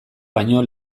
baino